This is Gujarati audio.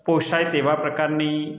પોસાય તેવા પ્રકારની